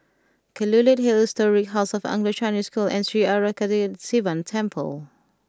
Kelulut Hill Historic House of Anglo Chinese School and Sri Arasakesari Sivan Temple